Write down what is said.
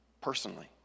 personally